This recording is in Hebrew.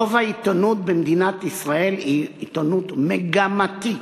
רוב העיתונות במדינת ישראל היא עיתונות מגמתית,